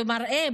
במראה,